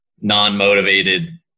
non-motivated